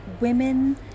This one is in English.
women